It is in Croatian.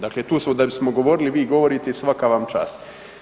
Dakle, tu smo da bismo govorili, vi govorite i svaka vam čast.